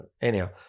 Anyhow